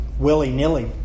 willy-nilly